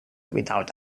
without